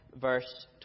verse